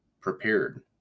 prepared